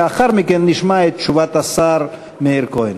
לאחר מכן נשמע את תשובת השר מאיר כהן.